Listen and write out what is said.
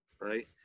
right